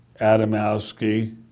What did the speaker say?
Adamowski